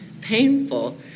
painful